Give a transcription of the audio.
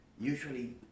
Usually